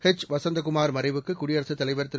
H Vasanthakumar மறைவுக்கு குடியரசுத் தலைவர் திரு